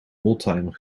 oldtimer